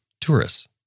tourists